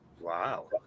Wow